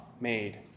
made